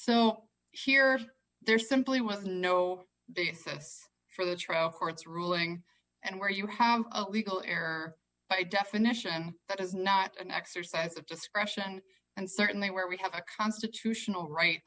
so here there simply was no basis for the trial court's ruling and where you have a legal error by definition that is not an exercise of discretion and certainly where we have a constitutional right